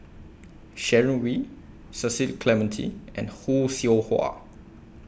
Sharon Wee Cecil Clementi and Khoo Seow Hwa